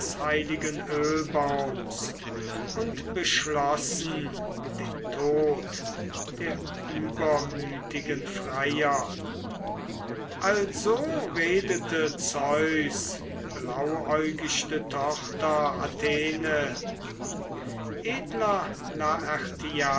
des heiligen ölbaums und beschlossen den tod der übermütigen freier also redete zeus blauäugichte tochter athene edler